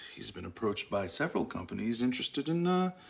he's been approached by several companies interested in ah,